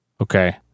Okay